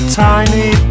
tiny